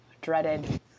dreaded